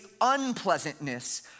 unpleasantness